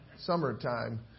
summertime